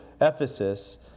Ephesus